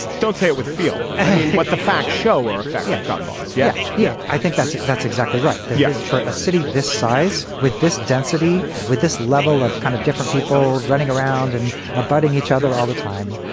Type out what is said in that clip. don't say it with feel what the facts show or affect yeah gun laws yeah, yeah i think that's that's exactly right. that yeah used for a city this size with this density, with this level of kind of different people running around and abutting each other all the time.